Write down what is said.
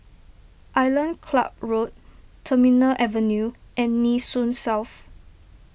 Island Club Road Terminal Avenue and Nee Soon South